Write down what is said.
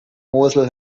mosel